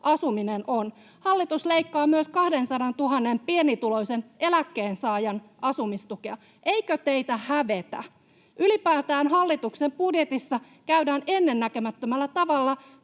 asuminen on. Hallitus leikkaa myös 200 000 pienituloisen eläkkeensaajan asumistukea. Eikö teitä hävetä? Ylipäätään hallituksen budjetissa käydään ennennäkemättömällä tavalla